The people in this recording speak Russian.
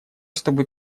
чтобы